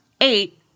eight